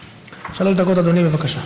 שלוש דקות, אדוני, בבקשה.